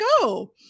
go